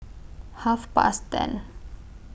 Half Past ten